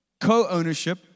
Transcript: Co-ownership